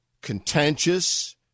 contentious